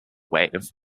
wave